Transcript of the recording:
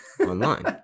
online